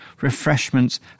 refreshments